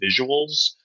visuals